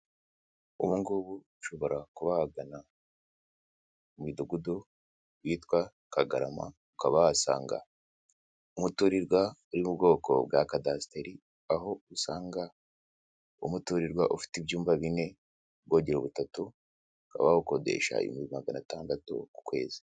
Ubu ngubu ushobora kuba wagana mu midugudu witwa kagarama ukaba wahasanga umuturirwa uri mu bwoko bwa kadasiteri, aho usanga umuturirwa ufite ibyumba bine, ubwogero butatu. Ukaba wawukodesha ibihumbi magana atandatu ku kwezi.